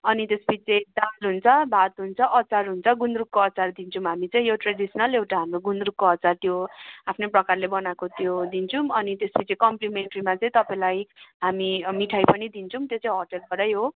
अनि त्यस पिछे दाल हुन्छ भात हुन्छ अचार हुन्छ गुन्द्रुकको अचार दिन्छौँ हामी चाहिँ यो ट्रेडिसनल एउटा हाम्रो गुन्द्रुकको अचार त्यो आफ्नै प्रकारले बनाएको त्यो दिन्छौँ अनि त्यसपछि कम्प्लिमेन्ट्रिमा चाहिँ तपाईँलाई हामी मिठाइ पनि दिन्छौँ त्यो चाहिँ होटेलबाटै हो